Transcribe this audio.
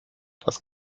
das